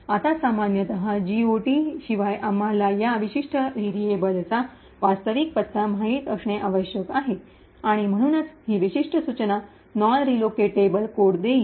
आता सामान्यत जीओटी शिवाय आम्हाला या विशिष्ट व्हेरिएबलचा वास्तविक पत्ता माहित असणे आवश्यक आहे आणि म्हणूनच हि विशिष्ट सूचना नॉन रीलोकेटेबल कोड देईल